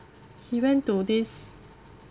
he went to this